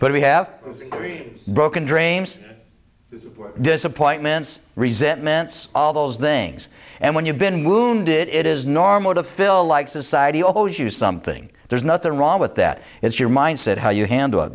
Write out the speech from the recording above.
but we have broken dreams disappointments resentments all those things and when you've been wounded it is normal to fill like society owes you something there's nothing wrong with that is your mindset how you handle